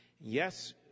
Yes